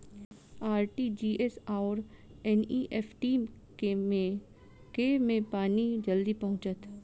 RTGS आओर NEFT मे केँ मे पानि जल्दी पहुँचत